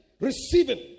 receiving